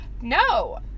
no